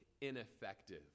ineffective